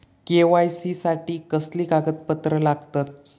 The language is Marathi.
के.वाय.सी साठी कसली कागदपत्र लागतत?